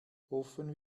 hoffen